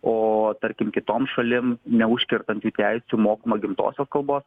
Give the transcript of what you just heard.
o tarkim kitom šalim neužkertant jų teisių mokoma gimtosios kalbos